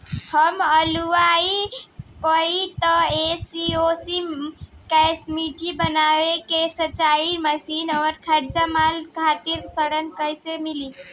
हम हलुवाई हईं त ए.सी शो कैशमिठाई बनावे के स्वचालित मशीन और कच्चा माल खातिर ऋण कइसे मिली?